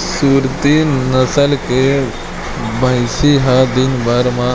सुरती नसल के भइसी ह दिन भर म